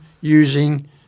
using